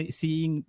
seeing